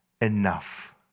enough